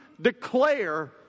declare